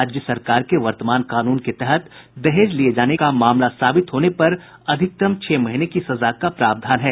राज्य सरकार के वर्तमान कानून के तहत दहेज लिये जाने के मामला साबित होने पर अधितकतम छह महीने की सजा का प्रावधान है